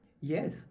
Yes